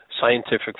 scientific